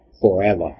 forever